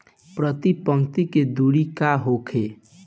प्रति पंक्ति के दूरी का होखे?